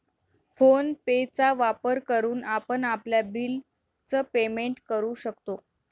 phone पे चा वापर करून आपण आपल्या बिल च पेमेंट करू शकतो